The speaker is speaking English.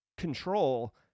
Control